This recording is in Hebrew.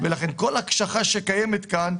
לכן כל הקשחה שקיימת כאן,